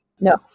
No